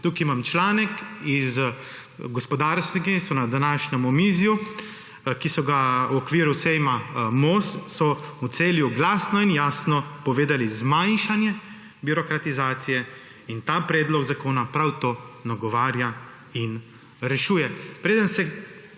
Tukaj imam članek, gospodarstveniki so na današnjem omizju, ki so ga organizirali v okviru sejma MOS v Celju, glasno in jasno povedali: zmanjšanje birokratizacije. In ta predlog zakona prav to nagovarja in rešuje. Preden se